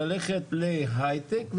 ללכת להייטק,